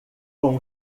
com